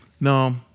no